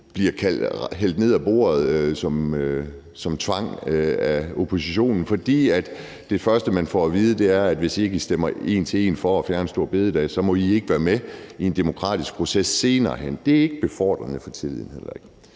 bliver hældt ned ad brættet af oppositionen på grund af tvang, altså fordi det første, man får at vide, er, at hvis ikke man en til en stemmer for at fjerne store bededag, så må man ikke være med i en demokratisk proces senere hen. Det er heller ikke befordrende for tilliden. Så der er